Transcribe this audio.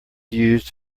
used